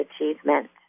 achievement